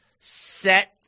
set